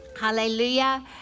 Hallelujah